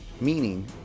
meaning